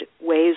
ways